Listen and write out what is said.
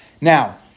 Now